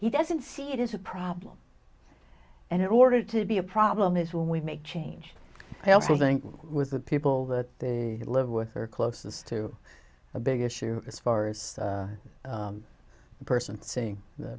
he doesn't see it is a problem and in order to be a problem is when we make change helping with the people that they live with are closest to a big issue as far as the person seeing